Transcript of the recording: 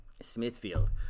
Smithfield